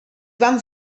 van